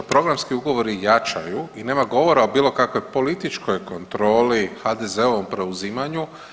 Programski ugovori jačaju i nema govora o bilo kakvoj političkoj kontroli HDZ-ovom preuzimanju.